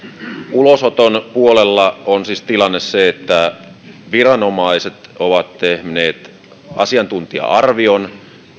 ulosoton puolella on tilanne siis se että viranomaiset ovat tehneet asiantuntija arvion